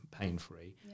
pain-free